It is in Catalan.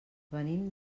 venim